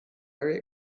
very